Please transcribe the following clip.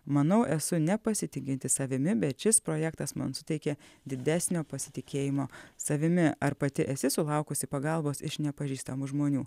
manau esu nepasitikinti savimi bet šis projektas man suteikė didesnio pasitikėjimo savimi ar pati esi sulaukusi pagalbos iš nepažįstamų žmonių